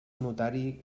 notari